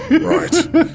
right